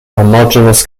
homogeneous